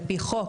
על-פי חוק,